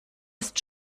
ist